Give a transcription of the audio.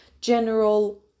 general